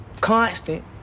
constant